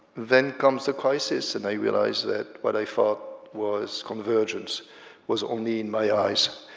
then comes a crisis, and i realize that what i thought was convergence was only in my eyes.